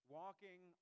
walking